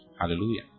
Hallelujah